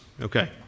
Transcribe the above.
Okay